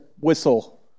whistle